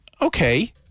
Okay